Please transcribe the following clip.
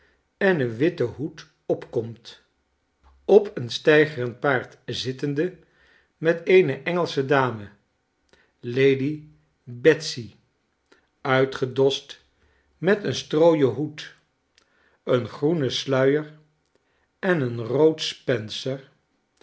en een witten hoed opkomt op een steigerend paard zittende met eene engelsche dame lady betsey uitgedost met een strooien hoed een groenen sluier en een rood spencer